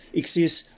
exists